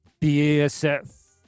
BASF